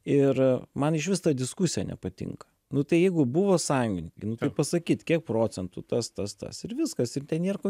ir man išvis ta diskusija nepatinka nu tai jeigu buvo sąjungininkai nu tai pasakyt kiek procentų tas tas tas ir viskas ir ten nėr ko